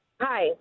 Hi